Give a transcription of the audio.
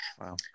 Wow